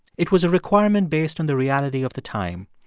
it was a requirement based on the reality of the time.